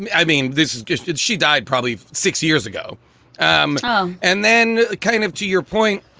i mean, this is just as she died probably six years ago um and then kind of to your point,